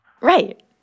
Right